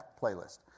playlist